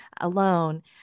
alone